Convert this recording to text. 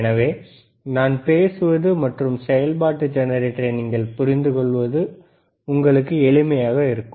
எனவே நான் பேசுவது மற்றும் செயல்பாட்டு ஜெனரேட்டரை நீங்கள் புரிந்துகொள்வதற்கு உங்களுக்கு எளிமையாக இருக்கும்